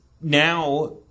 now